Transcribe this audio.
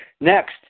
Next